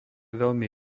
veľmi